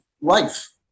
life